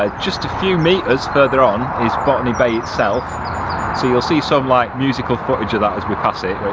ah just a few metres further on is botany bay itself so you'll see some like musical footage of that as we pass it.